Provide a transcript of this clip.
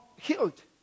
healed